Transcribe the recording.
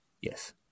Yes